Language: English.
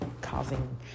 causing